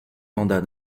mandat